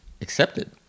accepted